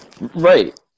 right